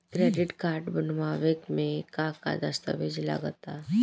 Credit card बनवावे म का का दस्तावेज लगा ता?